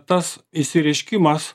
tas išsireiškimas